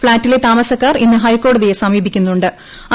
ഫ്ളാറ്റിലെ താമസക്കാർ ഇന്ന് ഹൈക്കോടതിയെസമീപിക്കുന്നു്